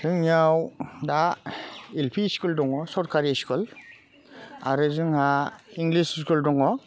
जोंनियाव दा L P school दङ सोरकारि स्कुल आरो जोंहा इंलिस स्कुल दङ